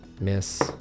miss